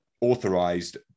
authorized